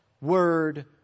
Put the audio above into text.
Word